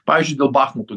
pavyzdžiui dėl bachmuto